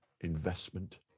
investment